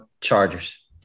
Chargers